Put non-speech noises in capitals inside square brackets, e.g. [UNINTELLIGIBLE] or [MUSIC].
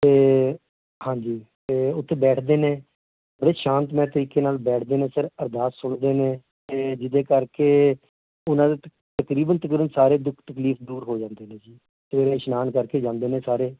ਅਤੇ ਹਾਂਜੀ ਅਤੇ ਉੱਥੇ ਬੈਠਦੇ ਨੇ ਬੜੇ ਸ਼ਾਂਤਮਈ ਤਰੀਕੇ ਨਾਲ ਬੈਠਦੇ ਨੇ ਸਰ ਅਰਦਾਸ ਸੁਣਦੇ ਨੇ ਅਤੇ ਜਿਹਦੇ ਕਰਕੇ ਉਹਨਾਂ [UNINTELLIGIBLE] ਤਕਰੀਬਨ ਤਕਰੀਬਨ ਸਾਰੇ ਦੁੱਖ ਤਕਲੀਫ ਦੂਰ ਹੋ ਜਾਂਦੇ ਨੇ ਜੀ ਅਤੇ ਇਸ਼ਨਾਨ ਕਰਕੇ ਜਾਂਦੇ ਨੇ ਸਾਰੇ